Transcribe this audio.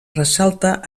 ressalta